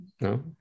No